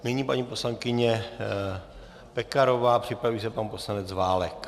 Nyní paní poslankyně Pekarová, připraví se pan poslanec Válek.